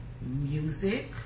Music